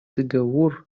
договор